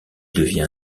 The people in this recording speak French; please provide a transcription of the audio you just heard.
devient